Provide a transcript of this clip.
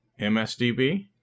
MSDB